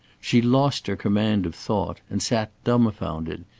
she lost her command of thought, and sat dumb-founded.